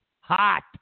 hot